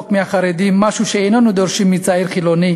מהחרדים משהו שאיננו דורשים מצעיר חילוני.